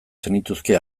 zenituzke